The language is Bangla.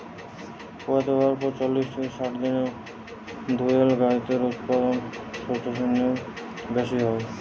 পুয়াতি হয়ার প্রায় চল্লিশ থিকে ষাট দিনের মধ্যে দুধেল গাইয়ের উতপাদন সবচাইতে নু বেশি হয়